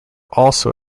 also